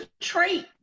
trait